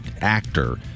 actor